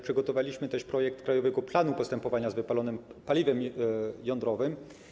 Przygotowaliśmy też projekt krajowego planu postępowania z wypalonym paliwem jądrowym.